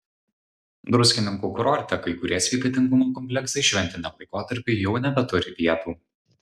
druskininkų kurorte kai kurie sveikatingumo kompleksai šventiniam laikotarpiui jau nebeturi vietų